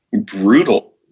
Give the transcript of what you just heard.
brutal